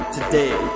Today